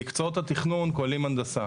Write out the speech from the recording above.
שמקצועות התכנון כוללים הנדסה.